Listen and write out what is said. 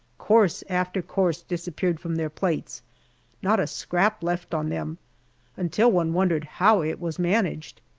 course after course disappeared from their plates not a scrap left on them until one wondered how it was managed.